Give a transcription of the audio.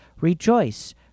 Rejoice